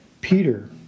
Peter